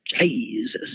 Jesus